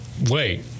wait